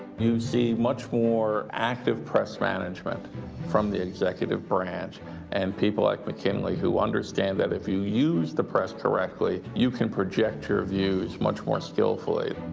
you see much more active press management from the executive branch and people like mckinley who understand that if you use the press correctly, you can project your views much more skillfully.